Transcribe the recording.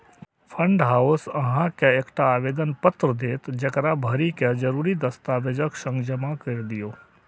fund house अहां के एकटा आवेदन पत्र देत, जेकरा भरि कें जरूरी दस्तावेजक संग जमा कैर दियौ